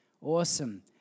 Awesome